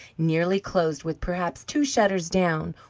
nearly closed, with perhaps two shutters down,